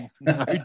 No